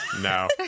No